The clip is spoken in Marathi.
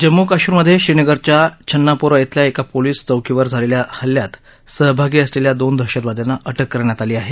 जम्मू काश्मीरमध्ये श्रीनगरच्या छन्नापोरा इथल्या एका पोलीस चौकीवर झालेल्या हल्ल्यात सहभागी असलेल्या दोन दहशतवाद्यांना अटक करण्यात आली आहे